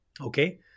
okay